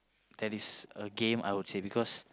that is a game I would say because